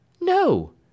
No